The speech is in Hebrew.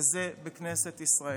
וזה, בכנסת ישראל.